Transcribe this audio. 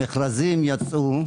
עכשיו, המכרזים יצאו.